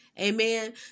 Amen